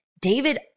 David